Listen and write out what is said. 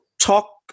talk